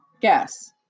guess